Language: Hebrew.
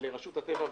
לרשות הטבע והגנים,